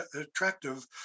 attractive